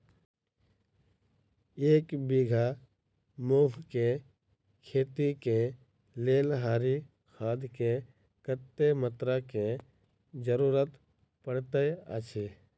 एक बीघा मूंग केँ खेती केँ लेल हरी खाद केँ कत्ते मात्रा केँ जरूरत पड़तै अछि?